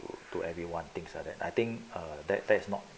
to everyone things like that I think err that that's not